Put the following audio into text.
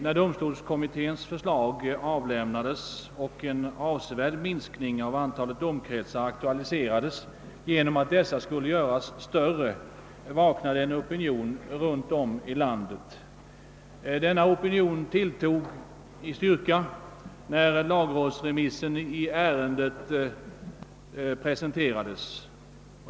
När domstolskommitténs förslag avlämnades, vilket bl.a. innebar en avsevärd minskning av antalet domkretsar genom att kretsarna skulle göras större, vaknade en opinion runt om i landet. Den opinionen tilltog i styrka när lagrådsremissen i ärendet presenterades.